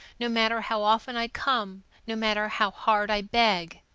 no matter how often i come, no matter how hard i beg.